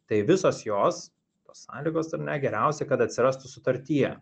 tai visos jos tos sąlygos ar ne geriausiai kad atsirastų sutartyje